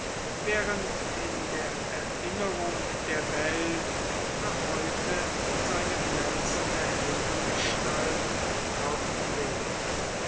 während in der erinnerung der welt noch heute seine glänzende heldengestalt